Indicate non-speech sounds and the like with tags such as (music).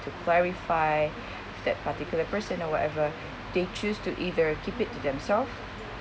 to clarify (breath) that particular person or whatever they choose to either keep it to themselves